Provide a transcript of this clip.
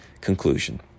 conclusion